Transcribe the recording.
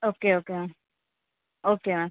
okay okay okay okay ma'am